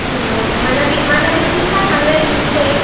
okay మన వి మన విజిట్ కార్టు అందరికిచ్చేయి